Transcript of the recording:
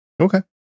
Okay